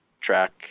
track